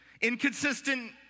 Inconsistent